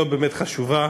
לא באמת חשובה,